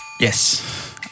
Yes